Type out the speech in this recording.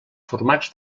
formats